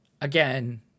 again